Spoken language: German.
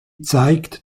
zeigt